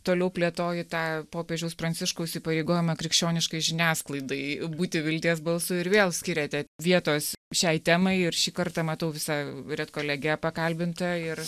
toliau plėtoji tą popiežiaus pranciškaus įpareigojimą krikščioniškai žiniasklaidai būti vilties balsu ir vėl skiriate vietos šiai temai ir šį kartą matau visą redkolegija pakalbinta ir